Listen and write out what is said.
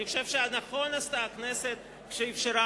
אני חושב שנכון עשתה הכנסת כשאפשרה